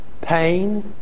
pain